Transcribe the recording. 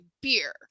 beer